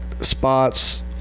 spots